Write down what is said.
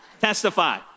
Testify